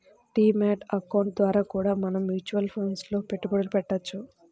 D mat account ద్వారా కూడా మనం మ్యూచువల్ ఫండ్స్ లో పెట్టుబడులు పెట్టవచ్చు